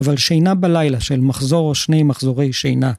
אבל שינה בלילה של מחזור או שני מחזורי שינה.